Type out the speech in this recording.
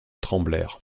tremblèrent